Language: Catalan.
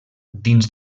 dins